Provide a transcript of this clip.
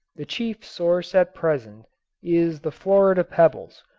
the chief source at present is the florida pebbles,